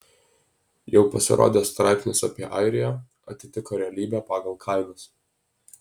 jau pasirodęs straipsnis apie airiją atitiko realybę pagal kainas